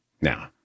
Now